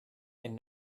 and